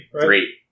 three